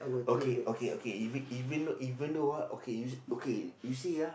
okay okay okay even even even though ah okay okay you see ah